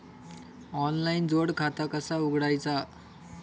Online जोड खाता कसा उघडायचा?